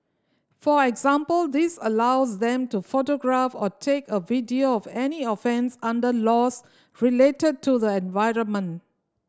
for example this allows them to photograph or take a video of any offence under laws related to the environment